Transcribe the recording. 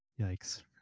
Yikes